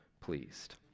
pleased